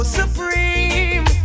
supreme